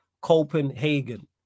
Copenhagen